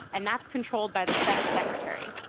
and that's controlled by the senate secretary.